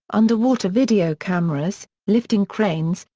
underwater video cameras, lifting cranes,